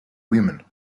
women